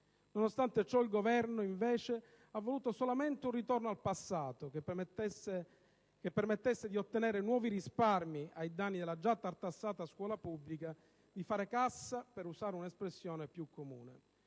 Nonostante ciò, il Governo ha voluto invece solamente un ritorno al passato, che permettesse di ottenere nuovi risparmi ai danni della già tartassata scuola pubblica, cioè di fare cassa, per usare un'espressione più comune.